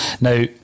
now